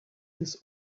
this